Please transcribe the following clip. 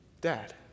dad